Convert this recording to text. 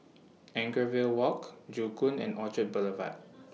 Anchorvale Walk Joo Koon and Orchard Boulevard